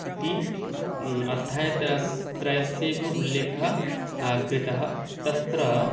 इति अध्यायत्रयस्यैव उल्लेखः कृतः तत्र